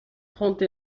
trente